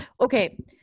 okay